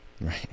right